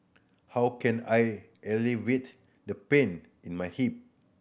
how can I alleviate the pain in my hip